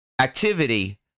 Activity